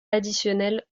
additionnels